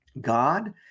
God